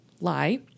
lie